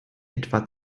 etwa